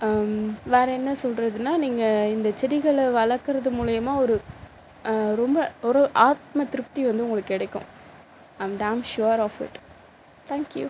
வேற என்ன சொல்றதுனால் நீங்கள் இந்த செடிகளை வளர்க்கறது மூலிமா ஒரு ரொம்ப ஒரு ஆத்ம திருப்தி வந்து உங்களுக்கு கிடைக்கும் I am damn sure of it thank you